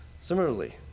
Similarly